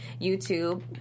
YouTube